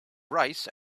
rice